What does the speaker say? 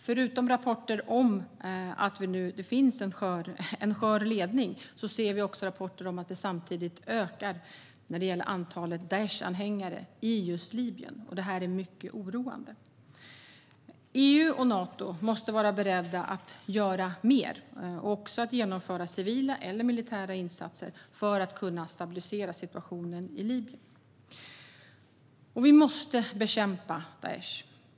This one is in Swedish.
Förutom rapporter om att det nu finns en skör ledning får vi också rapporter om att antalet Daishanhängare samtidigt ökar i just Libyen, och det är mycket oroande. EU och Nato måste vara beredda att göra mer och också att genomföra civila eller militära insatser för att kunna stabilisera situationen i Libyen. Vi måste bekämpa Daish.